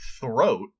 throat